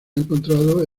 encontrados